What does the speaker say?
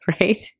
right